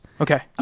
Okay